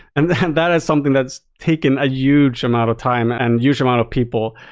and that is something that's taken a huge amount of time and huge amount of people.